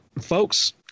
folks